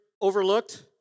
overlooked